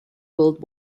world